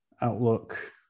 outlook